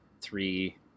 three